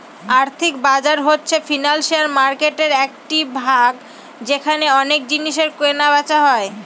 আর্থিক বাজার হচ্ছে ফিনান্সিয়াল মার্কেটের একটি ভাগ যেখানে অনেক জিনিসের কেনা বেচা হয়